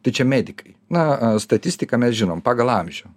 tai čia medikai na statistiką mes žinom pagal amžių